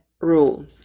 rule